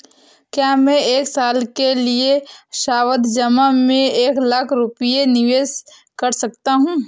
क्या मैं एक साल के लिए सावधि जमा में एक लाख रुपये निवेश कर सकता हूँ?